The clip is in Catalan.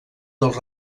dels